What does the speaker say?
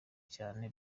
cyane